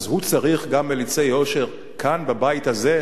אז הוא צריך גם מליצי יושר כאן בבית הזה,